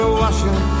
washing